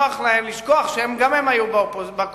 תמיד נוח להם לשכוח שגם הם היו בקואליציה,